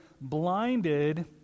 blinded